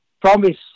promise